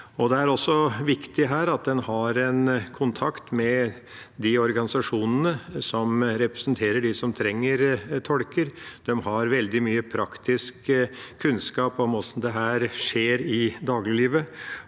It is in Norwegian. Det er også viktig her at en har kontakt med de organisasjonene som representerer dem som trenger tolker. De har veldig mye praktisk kunnskap om hvordan dette skjer i dagliglivet.